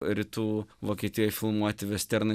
rytų vokietijoj filmuoti vesternai